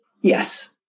Yes